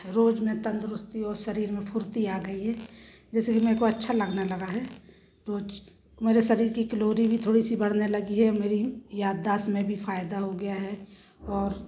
रोज मैं तंदरुस्ती और शरीर में फुर्ती आ गई है जैसे कि मेरे को अच्छा लगने लगा है रोज मुझे शरीर की कैलोरी भी थोड़ी सी बढ़ने लगी है मेरी याददाश्त में भी फ़ायदा हो गया है और